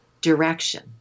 direction